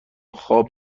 خواب